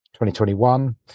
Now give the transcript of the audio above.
2021